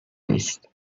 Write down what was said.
نیست